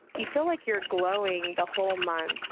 you feel like you're glowing the whole month.